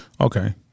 Okay